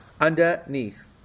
underneath